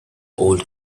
old